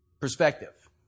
perspective